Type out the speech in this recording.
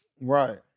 Right